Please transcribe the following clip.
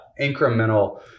incremental